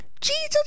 Jesus